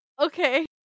Okay